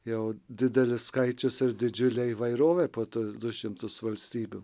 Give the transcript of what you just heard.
jau didelis skaičius ir didžiulę įvairovę po tuos du šimtus valstybių